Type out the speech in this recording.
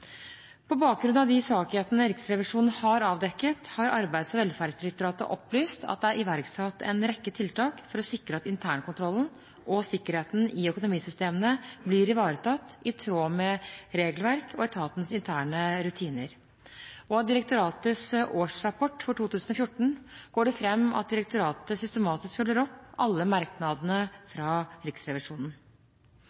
På bakgrunn av de svakhetene Riksrevisjonen har avdekket, har Arbeids- og velferdsdirektoratet opplyst at det er iverksatt en rekke tiltak for å sikre at internkontrollen og sikkerheten i økonomisystemene blir ivaretatt i tråd med regelverk og etatens interne rutiner. Av direktoratets årsrapport for 2014 går det fram at direktoratet systematisk følger opp alle merknadene